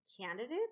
candidates